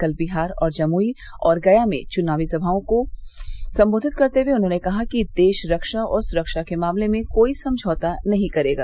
कल बिहार में जमूई और गया में चुनाव सभाओं में उन्होंने कहा कि देश रक्षा और सुरक्षा के मामले में कोई समझौता नहीं करेगा